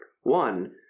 One